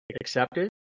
accepted